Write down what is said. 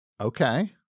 Okay